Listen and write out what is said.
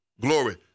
Glory